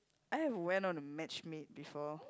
I have went on a matchmade before